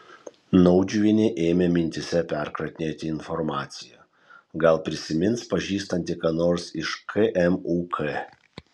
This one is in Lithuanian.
naudžiuvienė ėmė mintyse perkratinėti informaciją gal prisimins pažįstanti ką nors iš kmuk